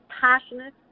Passionate